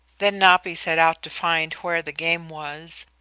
then napi set out to find where the game was,